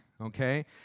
okay